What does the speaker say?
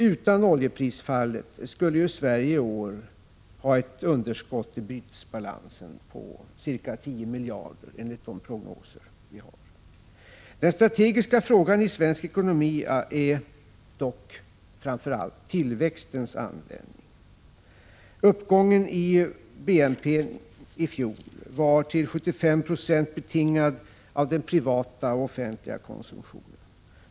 Utan oljeprisfallet skulle Sverige i år ha ett underskott i bytesbalansen på ca 10 miljarder kronor enligt de prognoser som finns. Den strategiska frågan i svensk ekonomi är dock framför allt tillväxtens användning. Uppgången i BP i fjol var till 75 90 betingad av den privata och offentliga konsumtionen.